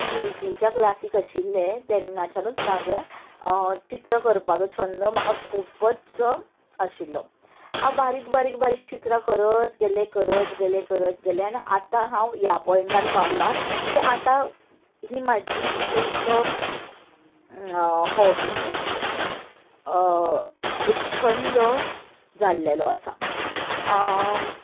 केजीच्या क्लासीक आशिल्लें तेन्नाच्यानूच म्हजें चित्र करपाचो छंद म्हाका खुपच आशिल्लो हांव बारीक बारीक बारीक चित्रां करत गेलें करत गेलें करत गेलें आनी आतां हांव ह्या पॉयंटार पावलां की आतां ही म्हजी एक हॉबी एक छंद जाल्लेलो आसा